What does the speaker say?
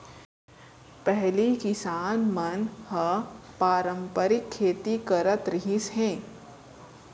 पहिली किसान मन ह पारंपरिक खेती करत रिहिस हे